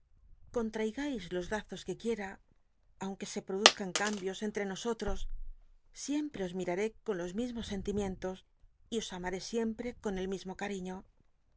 contraigais los lazos que quiera aunque se produzcan cambios entre nosollos siempre os miraré c on los mismos sentimientos y os amal'é siempte con el mismo